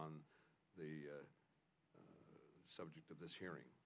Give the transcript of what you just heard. on the subject of this hearing